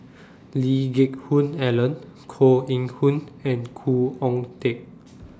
Lee Geck Hoon Ellen Koh Eng Hoon and Khoo Oon Teik